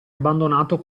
abbandonato